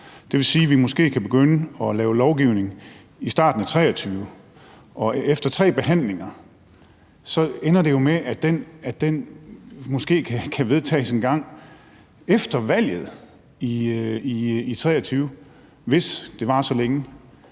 Det vil sige, at vi måske kan begynde at lave lovgivning i starten af 2023, og efter tre behandlinger ender det jo med, at det måske vedtages engang efter valget i 2023, hvis det varer så længe.